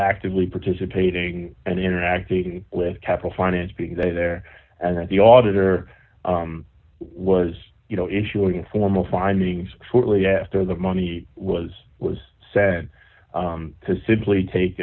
actively participating and interacting with capital finance being there and then the auditor was you know issuing formal findings shortly after the money was was said to simply take